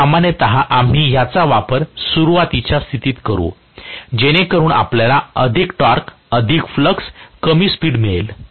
तर सामान्यत आम्ही ह्याचा वापर सुरू वातीच्या स्थितीत करू जेणेकरून आपल्याला अधिक टॉर्क अधिक फ्लक्स कमी स्पीड मिळेल